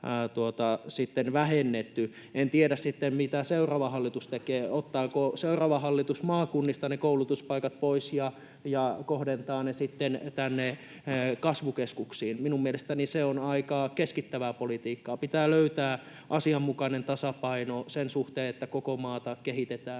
sitten, mitä seuraava hallitus tekee, ottaako seuraava hallitus maakunnista ne koulutuspaikat pois ja kohdentaa ne sitten tänne kasvukeskuksiin. Minun mielestäni se on aika keskittävää politiikkaa. Pitää löytää asianmukainen tasapaino sen suhteen, että koko maata kehitetään,